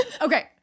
Okay